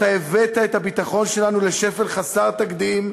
אתה הבאת את הביטחון שלנו לשפל חסר תקדים,